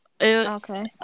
Okay